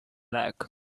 black